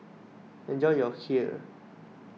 enjoy your Kheer